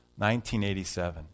1987